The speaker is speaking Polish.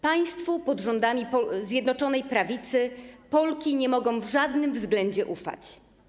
Państwu pod rządami Zjednoczonej Prawicy Polki nie mogą w żadnym względzie ufać.